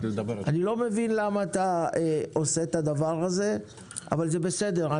אני לא מבין למה אתה עושה את הדבר הזה אבל זה בסדר,